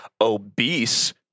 obese